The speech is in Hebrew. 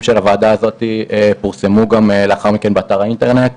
של הוועדה הזו פורסמו לאחר מכן באתר האינטרנט.